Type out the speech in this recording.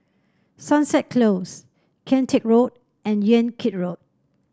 Sunset Close Kian Teck Road and Yan Kit Road